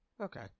Okay